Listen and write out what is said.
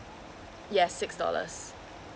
yes six dollars